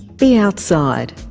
be outside.